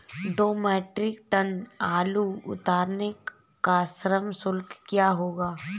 दो metric tonne आलू उतारने का श्रम शुल्क कितना होगा?